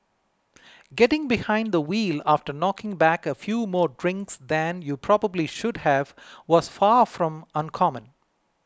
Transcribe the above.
getting behind the wheel after knocking back a few more drinks than you probably should have was far from uncommon